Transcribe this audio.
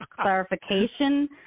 clarification